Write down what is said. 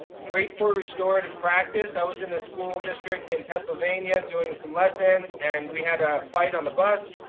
great for restorative practice. i was in a school district in pennsylvania doing some lessons and we had a fight on the bus.